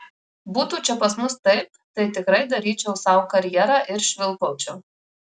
būtų čia pas mus taip tai tikrai daryčiau sau karjerą ir švilpaučiau